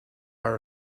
are